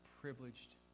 privileged